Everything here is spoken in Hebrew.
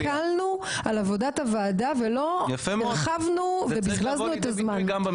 באמת הקלנו על עבודת הוועדה ולא הרחבנו ובזבזנו את הזמן.